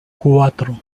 cuatro